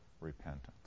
repentance